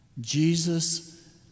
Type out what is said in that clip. Jesus